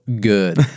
good